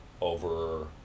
over